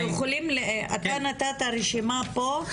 אתה נתת רשימה פה,